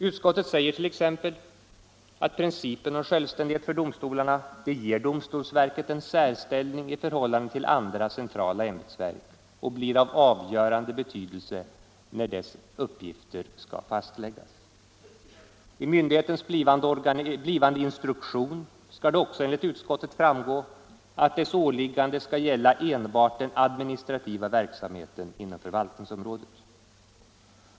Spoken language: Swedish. Utskottet säger t.ex. att principen om självständighet för domstolarna ger domstolsverket en särställning i förhållande till andra centrala ämbetsverk och blir av avgörande betydelse när dess uppgifter skall fastläggas. Av myndighetens blivande instruktion skall det också enligt utskottet framgå att dess åliggande skall gälla enbart den administrativa verksamheten inom förvaltningsområdet.